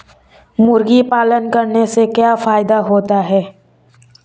मुर्गी पालन करने से क्या फायदा होता है?